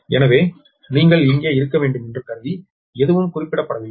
எனவே நீங்கள் இங்கே இருக்க வேண்டும் என்று கருதி எதுவும் குறிப்பிடப்படவில்லை